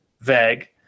vague